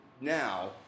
now